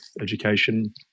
education